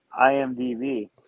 IMDb